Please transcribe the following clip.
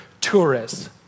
tourists